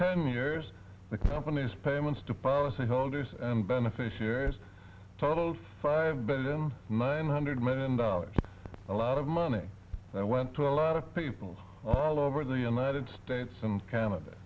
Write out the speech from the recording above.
ten years the company's payments to powerset holders and beneficiaries totaled five billion nine hundred million dollars a lot of money that went to a lot of people all over the united states and canada